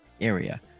area